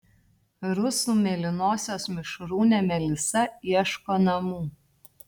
rusų mėlynosios mišrūnė melisa ieško namų